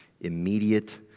immediate